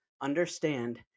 understand